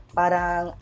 parang